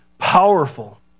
powerful